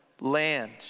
land